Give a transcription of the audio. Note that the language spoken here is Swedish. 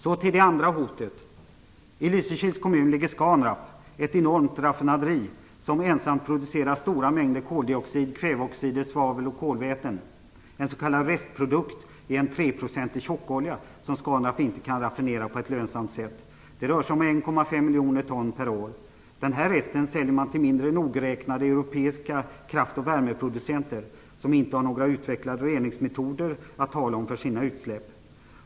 Så till det andra hotet: I Lysekils kommun ligger Scanraff - ett enormt raffinaderi som ensamt producerar stora mängder koldioxid, kväveoxider, svavel och kolväten. En s.k. restprodukt är en 3 procentig tjockolja som Scanraff inte kan raffinera på ett lönsamt sätt. Det rör sig om 1,5 miljoner ton per år. Den här resten säljer man till mindre nogrräknade europeiska kraft och värmeproducenter som inte har några utvecklade reningsmetoder för sina utsläpp.